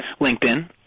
LinkedIn